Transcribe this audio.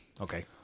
Okay